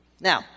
Now